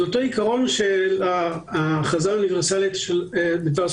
זה אותו עקרון של ההכרזה האוניברסלית שכל בני